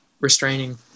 restraining